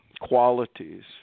qualities